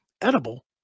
edible